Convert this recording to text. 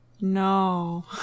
No